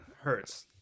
hurts